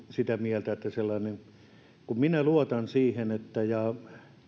sitä mieltä että sellainen minä luotan siihen ja